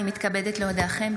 אני מתכבדת להודיעכם,